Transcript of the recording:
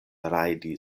rajdi